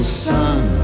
sun